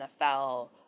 NFL